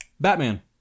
Batman